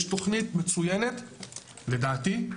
יש תוכנית מצוינת, לדעתי,